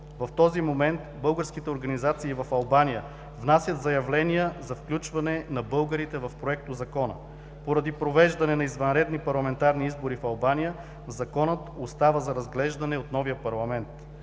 В този момент българските организации в Албания внасят заявления за включване на българите в Проектозакона. Поради провеждане на извънредни парламентарни избори в Албания, законът остава за разглеждане от новия парламент.